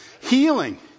Healing